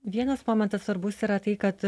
vienas momentas svarbus yra tai kad